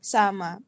sama